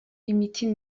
imiti